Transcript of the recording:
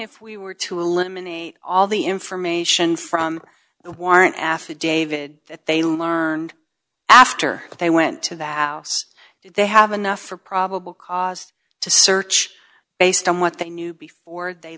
if we were to eliminate all the information from the warrant affidavit that they learned after they went to that house if they have enough for probable cause to search based on what they knew before they